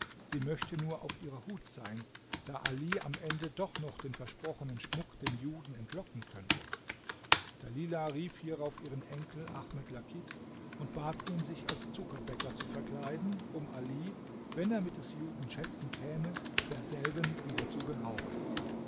sie möchte nur auf ihrer hut sein da ali am ende doch noch den versprochenen schmuck dem juden entlocken könnte dalilah rief hierauf ihren enkel ahmed lakit und bat ihn sich als zuckerbäcker zu verkleiden um ali wenn er mit des juden schätzen käme derselben wieder zu berauben